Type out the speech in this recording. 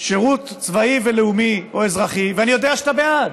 שירות צבאי ולאומי או אזרחי, ואני יודע שאתה בעד.